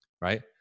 right